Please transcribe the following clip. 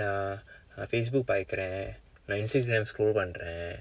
நான்:paarkkireen naan Facebook பார்க்கிறேன்:paarkkireen நான்:naan Instagram scroll பன்றேன்:panreen and it looks but we're now her facebook baker air lanes exams korban eh I have a holiday time